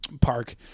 park